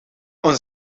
een